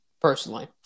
personally